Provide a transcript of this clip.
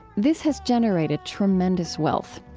this has generated tremendous wealth.